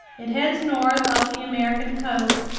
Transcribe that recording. it heads north up the american coast,